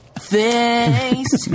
face